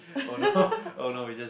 oh no oh no we just